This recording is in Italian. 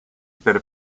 per